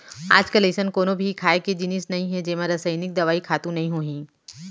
आजकाल अइसन कोनो भी खाए के जिनिस नइ हे जेमा रसइनिक दवई, खातू नइ होही